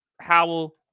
Howell